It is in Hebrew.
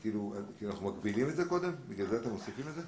כי אנחנו מגבילים את זה קודם ולכן אתם מוסיפים את זה?